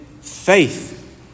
faith